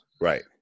right